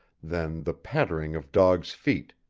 then the pattering of dogs' feet,